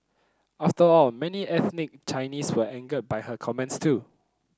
after all many ethnic Chinese were angered by her comments too